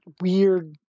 weird